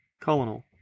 Colonel